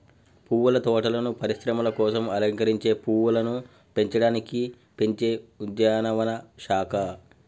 పువ్వుల తోటలను పరిశ్రమల కోసం అలంకరించే పువ్వులను పెంచడానికి పెంచే ఉద్యానవన శాఖ